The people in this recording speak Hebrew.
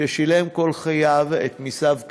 ששילם כל חייו את מסיו כדין,